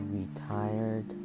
retired